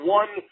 one